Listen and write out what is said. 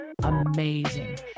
amazing